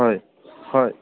হয় হয়